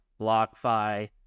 BlockFi